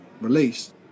released